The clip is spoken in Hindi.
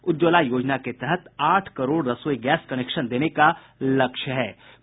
उज्ज्वला योजना के तहत आठ करोड़ रसोई गैस कनेक्शन देने का लक्ष्य रखा गया है